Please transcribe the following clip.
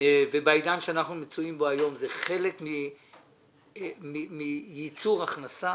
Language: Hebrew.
ובעידן שאנחנו מצויים בו היום זה חלק מייצור הכנסה,